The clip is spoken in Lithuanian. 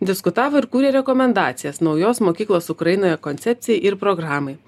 diskutavo ir kūrė rekomendacijas naujos mokyklos ukrainoje koncepcijai ir programai